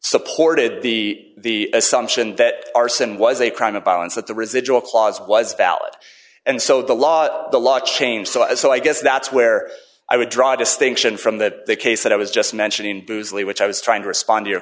supported the assumption that arson was a crime of violence that the residual clause was valid and so the law the law changed so and so i guess that's where i would draw distinction from the case that i was just mentioning loosely which i was trying to respond to your